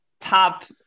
top